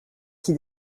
qui